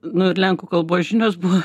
nu ir lenkų kalbos žinios buvo